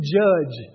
judge